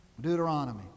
Deuteronomy